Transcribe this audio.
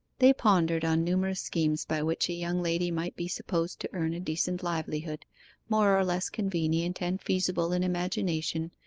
they pondered on numerous schemes by which a young lady might be supposed to earn a decent livelihood more or less convenient and feasible in imagination,